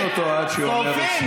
"כופין אותו עד שיאמר רוצה אני".